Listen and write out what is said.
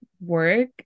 work